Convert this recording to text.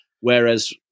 whereas